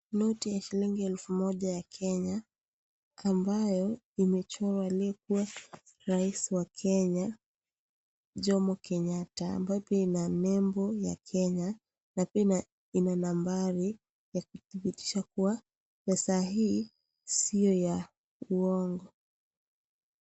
Noti ya shilingi elfu moja ya Kenya ambayo imechorwa aliyekua rais wa Kenya Jomo Kenyatta, ambayo pia ina nembo ya Kenya na pia ina nambari ya kudhibitisha kuwa pesa hii sio ya uongo.